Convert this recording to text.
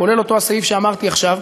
כולל אותו הסעיף שאמרתי עכשיו,